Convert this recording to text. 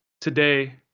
today